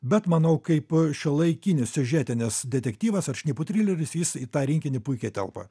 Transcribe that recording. bet manau kaip šiuolaikinis siužetinis detektyvas ar šnipų trileris jis į tą rinkinį puikiai telpa